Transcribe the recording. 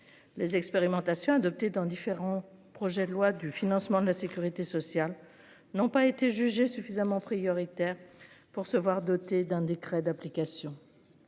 Les expérimentations adopté dans différents projets de loi du financement de la Sécurité sociale n'ont pas été jugé suffisamment prioritaire pour se voir dotée d'un décret d'application.